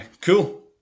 Cool